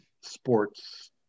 sports